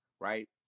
right